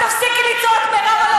את תפסיקי לצעוק, מירב.